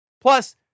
Plus